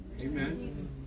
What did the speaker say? Amen